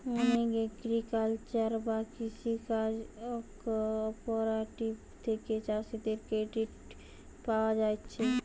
অনেক এগ্রিকালচারাল বা কৃষি কাজ কঅপারেটিভ থিকে চাষীদের ক্রেডিট পায়া যাচ্ছে